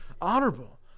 honorable